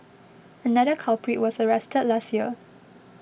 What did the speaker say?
another culprit was arrested last year